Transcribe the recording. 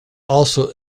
also